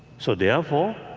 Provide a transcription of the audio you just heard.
so therefore,